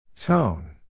Tone